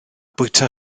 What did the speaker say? bwyta